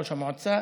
ראש המועצה,